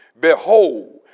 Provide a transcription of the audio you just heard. behold